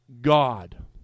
god